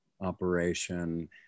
operation